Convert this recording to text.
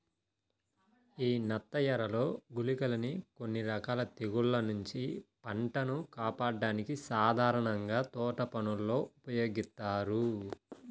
యీ నత్తఎరలు, గుళికలని కొన్ని రకాల తెగుల్ల నుంచి పంటను కాపాడ్డానికి సాధారణంగా తోటపనుల్లో ఉపయోగిత్తారు